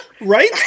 Right